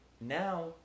now